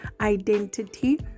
identity